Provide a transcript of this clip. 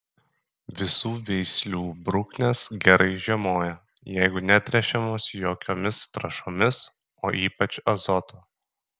visų veislių bruknės gerai žiemoja jeigu netręšiamos jokiomis trąšomis o ypač azoto